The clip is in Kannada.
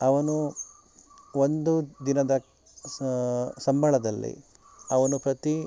ಅವನು ಒಂದು ದಿನದ ಸಂಬಳದಲ್ಲಿ ಅವನು ಪ್ರತಿ